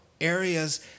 Areas